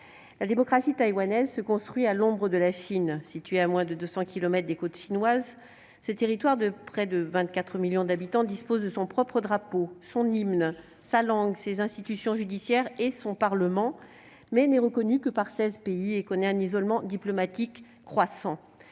La démocratie taïwanaise se construit à l'ombre de la Chine. Situé à moins de 200 kilomètres des côtes chinoises, ce territoire de près de 24 millions d'habitants dispose de son propre drapeau, de son hymne, de sa langue, de ses institutions judiciaires et de son Parlement, mais n'est reconnu que par seize pays et connaît un isolement diplomatique croissant.